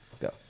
Go